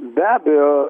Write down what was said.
be abejo